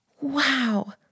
Wow